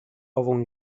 ową